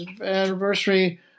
anniversary